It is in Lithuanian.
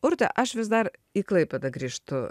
urte aš vis dar į klaipėdą grįžtu